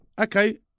okay